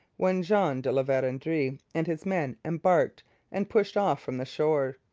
when jean de la verendrye and his men embarked and pushed off from the shore.